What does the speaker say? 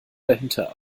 dahinter